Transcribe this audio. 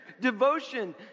devotion